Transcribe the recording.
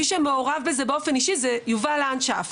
מי שמעורב בזה באופן אישי זה יובל לנדשפט.."